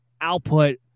output